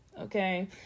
Okay